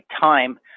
time